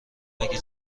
اگه